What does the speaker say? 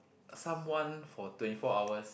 someone for twenty four hours